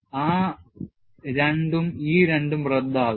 ആ 2 ഉം ഈ 2 ഉം റദ്ദാകും